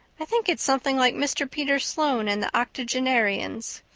i think it's something like mr. peter sloane and the octogenarians.